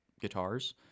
guitars